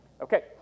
Okay